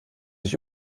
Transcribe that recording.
ich